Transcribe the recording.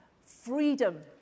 freedom